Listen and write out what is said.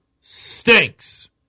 stinks